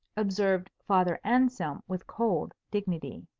observed father anselm with cold dignity.